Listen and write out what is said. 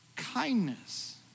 Kindness